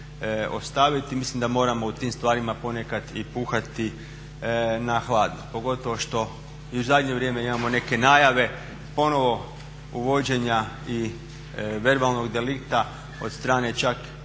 mislim da moramo u tim stvarima ponekad i puhati na hladno pogotovo što i u zadnje vrijeme imamo neke najave ponovno uvođenja i verbalnog delikta od strane čak najave